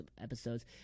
episodes